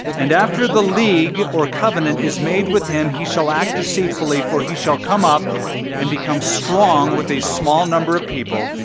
and after the league or covenant is made with him he shall act deceitfully. for he shall come up and become strong with a small number of people.